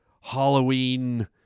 Halloween